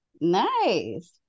Nice